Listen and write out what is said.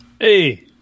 Hey